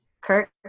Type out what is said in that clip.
Kirk